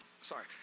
sorry